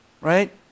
Right